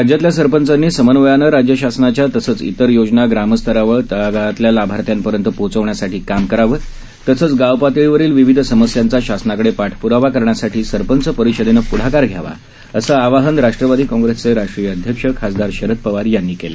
राज्यातल्या सरपंचांनी समन्वयानं राज्यशासनाच्या तसंच इतर योजना ग्रामस्तरावर तळागाळातल्या लाभार्थ्यापर्यंत पोहोचवण्यासाठी काम करावं तसंच गावपातळीवरील विविध समस्यांचा शासनाकडे पाठप्रावा करण्यासाठी सरपंच परिषदेनं पुढाकार घ्यावा असं आवाहन राष्ट्रवादी काँग्रेसचे राष्ट्रीय अध्यक्ष खासदार शरद पवार यांनी केलं